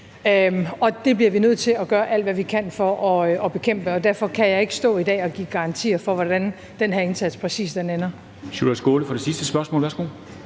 og det bliver vi nødt til at gøre alt hvad vi kan for at bekæmpe, og derfor kan jeg ikke i dag stå og give garantier for, hvor den her indsats præcis ender.